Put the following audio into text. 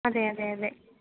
അതെ അതെ അതെ